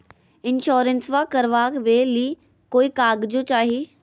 इंसोरेंसबा करबा बे ली कोई कागजों चाही?